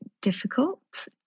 difficult